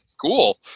cool